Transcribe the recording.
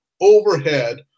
overhead